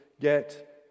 get